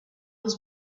was